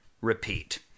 repeat